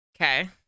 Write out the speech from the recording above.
Okay